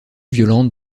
violente